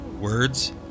words